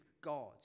God